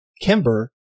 Kimber